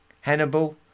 Hannibal